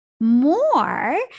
More